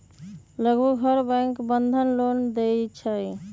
लगभग हर bank Bandhan loan देई छई